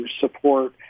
support